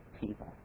people